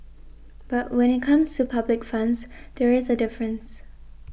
but when it comes to public funds there is a difference